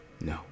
No